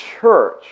church